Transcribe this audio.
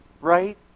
right